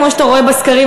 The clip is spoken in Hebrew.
כמו שאתה רואה בסקרים,